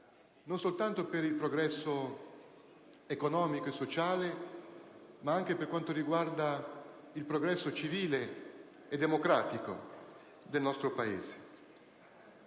non soltanto per il suo progresso economico e sociale ma anche per quanto riguarda il suo progresso civile e democratico. La cultura,